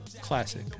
classic